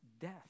death